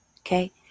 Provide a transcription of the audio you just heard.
Okay